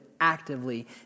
actively